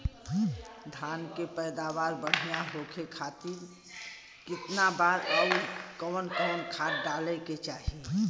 धान के पैदावार बढ़िया होखे खाती कितना बार अउर कवन कवन खाद डाले के चाही?